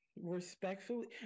respectfully